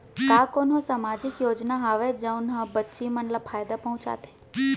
का कोनहो सामाजिक योजना हावय जऊन हा बच्ची मन ला फायेदा पहुचाथे?